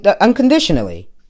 unconditionally